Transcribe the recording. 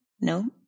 No